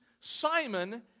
Simon